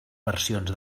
versions